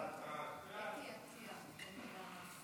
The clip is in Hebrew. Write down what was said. ההצעה להעביר את הנושא לוועדת הכלכלה נתקבלה.